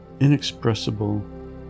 inexpressible